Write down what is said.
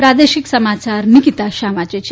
પ્રાદેશિક સમાચાર નીકિતા શાહ વાંચે છે